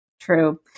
true